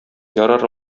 ярар